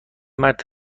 مرد